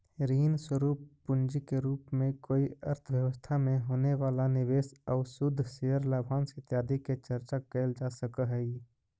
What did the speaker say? ऋण स्वरूप पूंजी के रूप में कोई अर्थव्यवस्था में होवे वाला निवेश आउ शुद्ध शेयर लाभांश इत्यादि के चर्चा कैल जा सकऽ हई